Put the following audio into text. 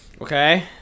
Okay